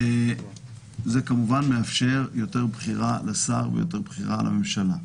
זה כמובן מאפשר יותר בחירה לשר ויותר בחירה לממשלה.